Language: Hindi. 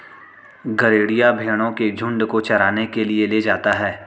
गरेड़िया भेंड़ों के झुण्ड को चराने के लिए ले जाता है